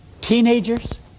Teenagers